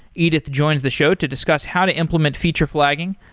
edith joins the show to discuss how to implement feature flagging,